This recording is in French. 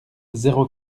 zéro